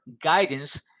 guidance